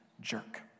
jerk